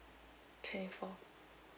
twenty four